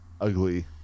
ugly